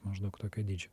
maždaug tokio dydžio